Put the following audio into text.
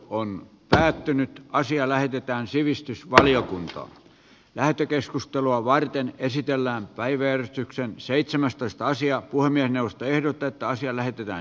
puhemiesneuvosto ehdottaa että asia lähetetään sivistysvaliokuntaan lähetekeskustelua varten esitellään päivertyksen seitsemästoistaisia kuormien ostoehdot että asia lähetetään